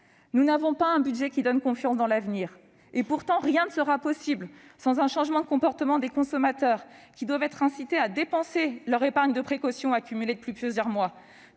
Nous n'avons pas un budget qui donne confiance dans l'avenir. Rien ne sera possible, pourtant, sans un changement de comportement des consommateurs, qui doivent être incités à dépenser l'épargne de précaution qu'ils ont accumulée depuis plusieurs mois.